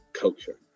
culture